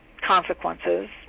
consequences